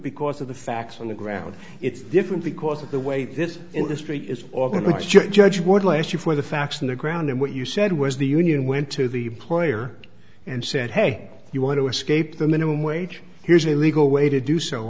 because of the facts on the ground it's different because of the way this industry is or the judge would last you for the facts on the ground and what you said was the union went to the employer and said hey you want to escape the minimum wage here's a legal way to do so